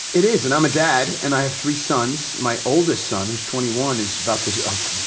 it is. and i'm a dad, and i have three sons. my oldest son, who's twenty one, is about to sort of